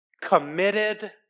committed